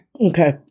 Okay